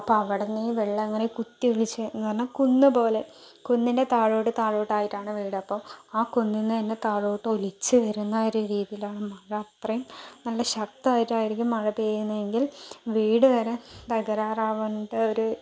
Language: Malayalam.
അപ്പോൾ അവിടന്ന് വെള്ളം ഇങ്ങനെ കുത്തിയൊലിച്ചെന്നു പറഞ്ഞാൽ കുന്നുപോലെ കുന്നിൻ്റെ താഴോട്ട് താഴോട്ടായിട്ടാണ് വീട് അപ്പോൾ ആ കുന്നിൽ നിന്ന് തന്നെ താഴോട്ട് ഒലിച്ച് വരുന്ന ഒരു രീതിയിലാണ് അപ്പോൾ അത്രയും നല്ല ശക്തയിട്ടായിരിക്കും മഴ പെയ്യുന്നതെങ്കിൽ വീട് വരെ തകരാറാവേണ്ട ഒരു